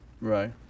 Right